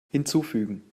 hinzufügen